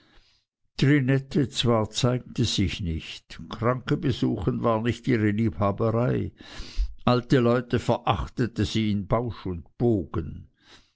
trinette zwar zeigte sich nicht kranke besuchen war nicht ihre liebhaberei alte leute verachtete sie in bausch und bogen